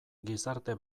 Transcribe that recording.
gizarte